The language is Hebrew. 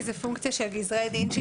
כי זה פונקציה של גזרי דין שיינתנו.